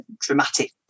dramatic